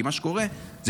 כי מה שקורה זה